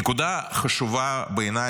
נקודה חשובה בעיניי,